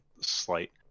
slight